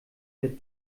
der